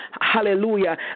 hallelujah